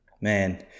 man